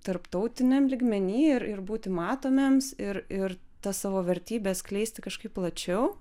tarptautiniam lygmeny ir ir būti matomiems ir ir tas savo vertybes skleisti kažkaip plačiau